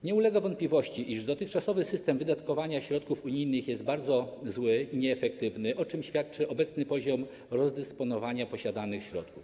Nie ulega wątpliwości, iż dotychczasowy system wydatkowania środków unijnych jest bardzo zły i nieefektywny, o czym świadczy obecny poziom rozdysponowania posiadanych środków.